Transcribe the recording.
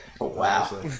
Wow